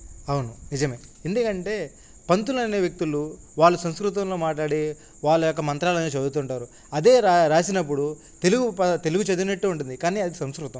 అవును నిజమే ఎందుకంటే పంతులనే వ్యక్తులు వాళ్ళు సంస్కృతంలో మాట్లాడి వాళ్ళ యొక్క మంత్రాలనే చదువుతుంటారు అదే రా రాసినప్పుడు తెలుగు పా తెలుగు చదివినట్టే ఉంటుంది కానీ అది సంస్కృతం